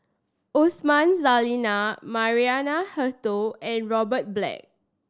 Osman Zailani Maria Hertogh and Robert Black